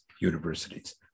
universities